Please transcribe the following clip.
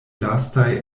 lastaj